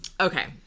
Okay